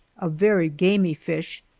a very gamey fish,